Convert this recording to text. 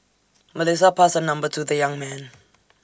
Melissa passed her number to the young man